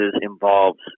involves